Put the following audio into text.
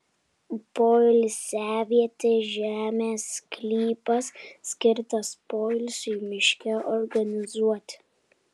poilsiavietė žemės sklypas skirtas poilsiui miške organizuoti